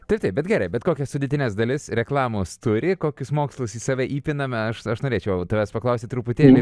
taip taip bet gerai bet kokias sudėtines dalis reklamos turi kokius mokslus į save įpiname aš aš norėčiau tavęs paklausti truputėlį